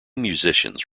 musicians